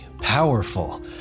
powerful